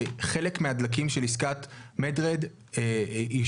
שחלק מהדלקים של עסקת red med ישומשו,